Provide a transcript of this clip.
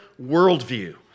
worldview